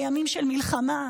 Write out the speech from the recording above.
בימים של מלחמה,